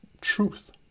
truth